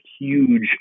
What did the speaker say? huge